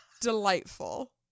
delightful